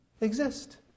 exist